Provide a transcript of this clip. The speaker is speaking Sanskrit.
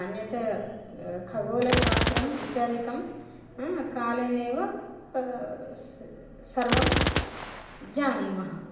अन्यत् खगोलशास्त्रम् इत्यादिकं कालेनैव सर्वं जानीमः